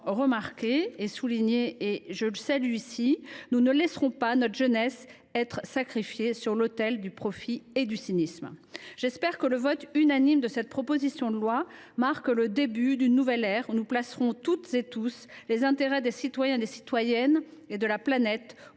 que M. Khalifé a justement souligné, nous ne laisserons pas notre jeunesse être sacrifiée sur l’autel du profit et du cynisme. J’espère que le vote unanime de cette proposition de loi marquera le début d’une nouvelle ère, lors de laquelle nous placerons toutes et tous les intérêts des citoyens, des citoyennes et de la planète